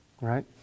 Right